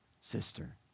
sister